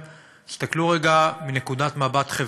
תסתכלו רגע מנקודת מבט חברתית: